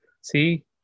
See